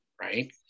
right